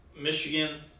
Michigan